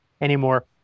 anymore